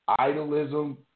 idolism